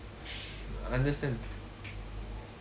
understand